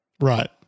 Right